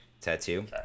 tattoo